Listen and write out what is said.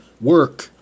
work